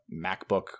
MacBook